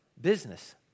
business